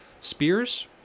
spears